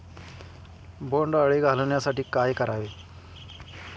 बोंडअळी घालवण्यासाठी काय करावे?